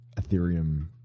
Ethereum